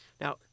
Now